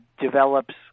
develops